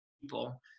people